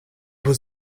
was